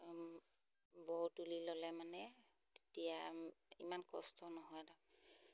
বৰ তুলি ল'লে মানে তেতিয়া ইমান কষ্ট নহয় ধৰক